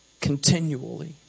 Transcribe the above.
continually